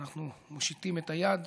ואנחנו מושיטים את היד.